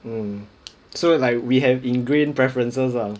mm so like we have ingrained preferences ah